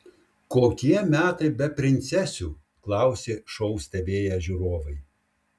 kokie metai be princesių klausė šou stebėję žiūrovai